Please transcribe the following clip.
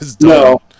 No